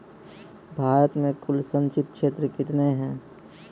भारत मे कुल संचित क्षेत्र कितने हैं?